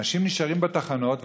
אנשים נשארים בתחנות,